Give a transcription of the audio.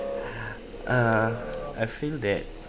uh I feel that